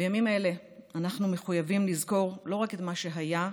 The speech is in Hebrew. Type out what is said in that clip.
בימים אלה אנחנו מחויבים לזכור לא רק את מה שהיה,